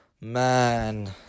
man